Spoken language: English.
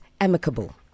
amicable